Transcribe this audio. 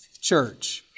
church